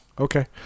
okay